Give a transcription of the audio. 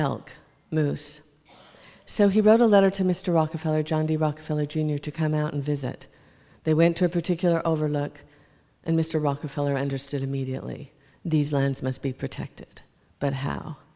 elk moose so he wrote a letter to mr rockefeller john d rockefeller jr to come out and visit they went to a particular overlook and mr rockefeller understood immediately these lines must be protected but how